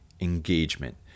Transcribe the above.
engagement